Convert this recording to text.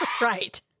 Right